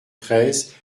treize